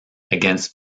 against